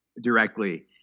directly